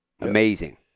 Amazing